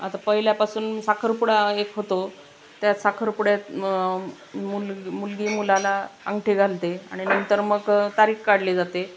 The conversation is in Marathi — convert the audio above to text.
आता पहिल्यापासून साखरपुडा एक होतो त्या साखरपुड्यात मं मुलग मुलगी मुलाला अंगठी घालते आणि नंतर मग तारीख काढली जाते